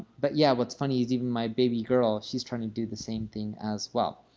but yeah, what's funny is even my baby girl, she's trying to do the same thing as well.